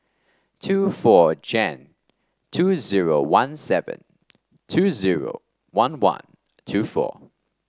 two four Jan two zero one seven two zero one one two four